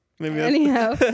Anyhow